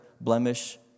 blemish